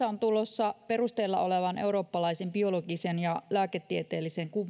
on tulossa perusteilla olevan eurooppalaisen biologisen ja lääketieteellisen